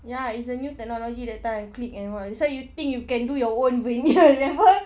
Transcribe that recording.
ya is a new technology that time click and all that's why you think you can do your own vinyl remember